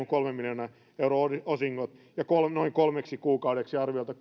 kolmen miljoonan euron osingot ja lomauttavansa noin kolmeksi kuukaudeksi arviolta